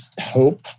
hope